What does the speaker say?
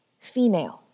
female